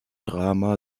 drama